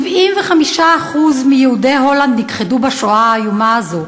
כ-75% מיהודי הולנד נכחדו בשואה האיומה הזאת,